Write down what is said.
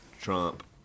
Trump